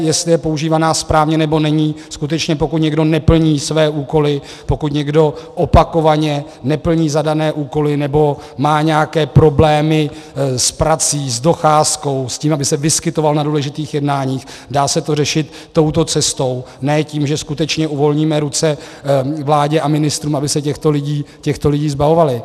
Jestli je používána správně, nebo není, skutečně pokud někdo neplní své úkoly, pokud někdo opakovaně neplní zadané úkoly nebo má nějaké problémy s prací, s docházkou, s tím, aby se vyskytoval na důležitých jednáních, dá se to řešit touto cestou, ne tím, že skutečně uvolníme ruce vládě a ministrům, aby se těchto lidí zbavovali.